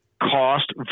cost